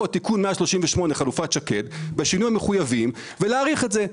או להכניס שינויים מחויבים בתמ"א 38 ובחלופת שקד ולהאריך את זה.